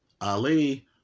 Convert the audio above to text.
Ali